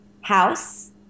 house